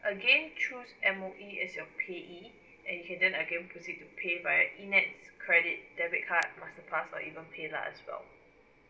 again choose M_O_E as your payee then you can then again proceed to pay via E NETS credit debit card master pass or even pay lah as well